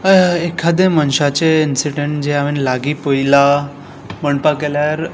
एखाद्या मनशाचें इनसिडंट जें हांवें लागीं पळयलां म्हणपाक गेल्यार